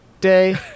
day